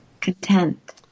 Content